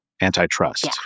antitrust